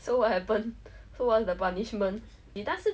so what happened so what's the punishment